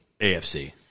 AFC